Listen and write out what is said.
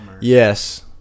Yes